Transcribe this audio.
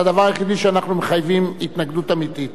זה הדבר היחיד שאנחנו מחייבים: התנגדות אמיתית.